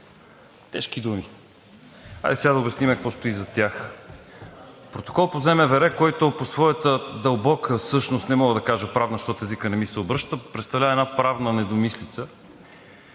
Тежки думи. Хайде сега да обясним, какво стои зад тях. Протокол по ЗМВР, който по своята дълбока същност, не мога да кажа правна, защото езикът не ми се обръща, представлява една правна недомислица,